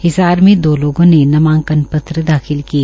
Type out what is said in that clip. हिसार में दो लोगों ने नामांकन पत्र दाखिल किए